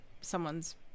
someone's